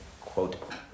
quote